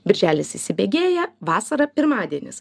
birželis įsibėgėja vasara pirmadienis